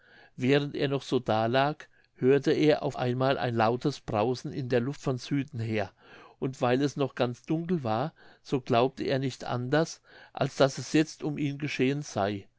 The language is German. während er noch so da lag hörte er auf einmal ein lautes brausen in der luft von süden her und weil es noch ganz dunkel war so glaubte er nicht anders als daß es jetzt um ihn geschehen sey